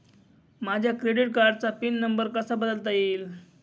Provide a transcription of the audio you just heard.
माझ्या क्रेडिट कार्डचा pin number कसा बदलता येईल?